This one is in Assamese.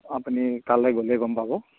আপুনি তালৈ গ'লে গম পাব